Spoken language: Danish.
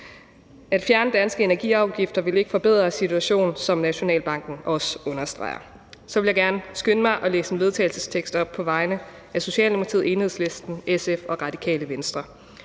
At fjerne danske energiafgifter ville ikke forbedre situationen, som Nationalbanken også understreger. Så vil jeg gerne skynde mig at læse en vedtagelsestekst op på vegne af Socialdemokratiet, Enhedslisten, SF og Radikale Venstre: